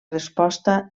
resposta